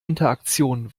interaktion